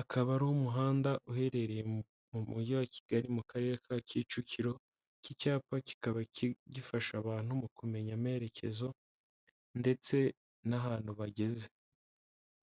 akaba ari umuhanda uherereye mu mujyi wa kigali mu karere ka kicukiro k'icyapa kikaba gifasha abantu mu kumenya amerekezo ndetse n'ahantu bageze.